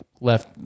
left